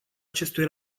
acestui